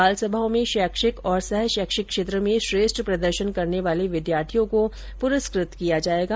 बालसभाओं में शैक्षिक और सह शैक्षिक क्षेत्र में श्रेष्ठ प्रदर्शन करने वाले विद्यार्थियों को परस्कत किया जाएगा